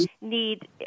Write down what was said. need